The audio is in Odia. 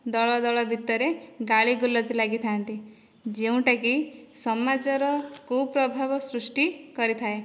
ଦଳ ଦଳ ଭିତରେ ଗାଳିଗୁଲଜ ଲାଗିଥାନ୍ତି ଯେଉଁଟା କି ସମାଜର କୁପ୍ରଭାବ ସୃଷ୍ଟି କରିଥାଏ